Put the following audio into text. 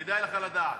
כדאי לך לדעת.